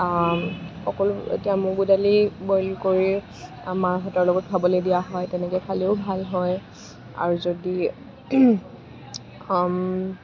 অকল তেতিয়া মগুদালি বইল কৰি মাৰভাতৰ লগত খাবলৈ দিয়া হয় তেনেকৈ খালেও ভাল হয় আৰু যদি